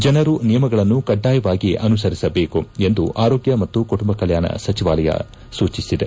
ಜನರು ನಿಯಮಗಳನ್ನು ಕಡ್ಡಾಯವಾಗಿ ಅನುಸರಿಸಬೇಕು ಎಂದು ಆರೋಗ್ಯ ಮತ್ತು ಕುಟುಂಬ ಕಲ್ಯಾಣ ಸಚಿವಾಲಯ ಸೂಚಿಸಿದೆ